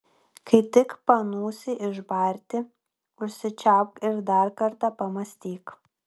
kai tik panūsi išbarti užsičiaupk ir dar kartą pamąstyk